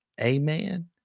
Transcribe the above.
Amen